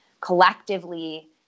collectively